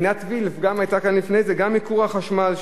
עינת וילף גם היתה כאן לפני זה, גם ייקור החשמל,